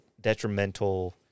detrimental